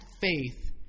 faith